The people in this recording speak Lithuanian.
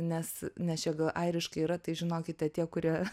nes nes čia gal airiškai yra tai žinokite tie kurie